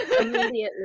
immediately